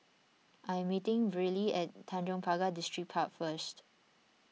I am meeting Brylee at Tanjong Pagar Distripark first